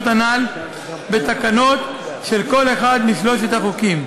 הנ"ל בתקנות של כל אחד משלושת החוקים.